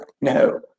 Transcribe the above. No